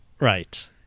Right